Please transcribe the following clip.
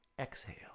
Exhale